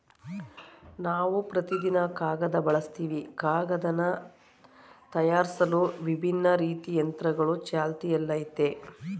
ನಾವು ಪ್ರತಿದಿನ ಕಾಗದ ಬಳಸ್ತಿವಿ ಕಾಗದನ ತಯಾರ್ಸಲು ವಿಭಿನ್ನ ರೀತಿ ಯಂತ್ರಗಳು ಚಾಲ್ತಿಯಲ್ಲಯ್ತೆ